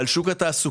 על שוק התעסוקה,